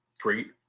great